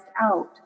out